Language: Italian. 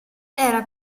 era